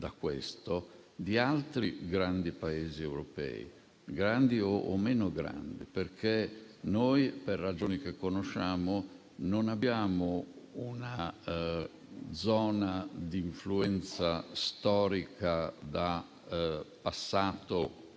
da questo di altri Paesi europei, grandi o meno grandi. Noi, per ragioni che conosciamo, non abbiamo una zona di influenza storica da passato